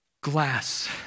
glass